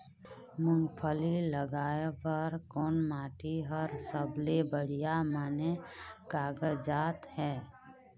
मूंगफली लगाय बर कोन माटी हर सबले बढ़िया माने कागजात हे?